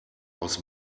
aus